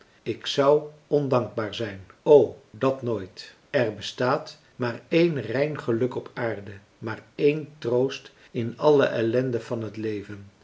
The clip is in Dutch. ik zou ondankbaar zijn o dat nooit er bestaat maar één rein geluk op aarde maar één troost in alle ellenden van het leven